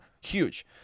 Huge